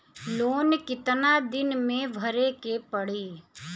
Loan कितना दिन मे भरे के पड़ी?